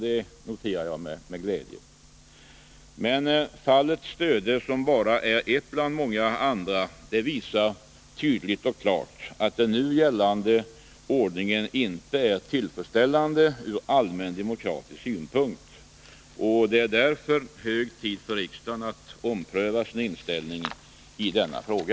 Detta noterar jag med glädje. Men fallet Stöde — som bara är ett fall bland många andra — visar tydligt och klart att den nu gällande ordningen inte är tillfredsställande ur allmän demokratisk synpunkt. Det är därför hög tid för riksdagen att ompröva sin inställning i denna fråga.